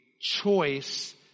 choice